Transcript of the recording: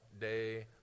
day